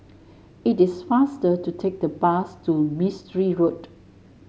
it is faster to take the bus to Mistri Road